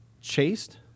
chaste